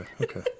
okay